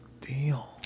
deal